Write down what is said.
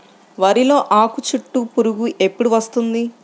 వరిలో ఆకుచుట్టు పురుగు ఎప్పుడు వస్తుంది?